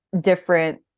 different